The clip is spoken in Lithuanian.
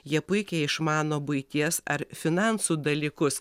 jie puikiai išmano buities ar finansų dalykus